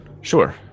Sure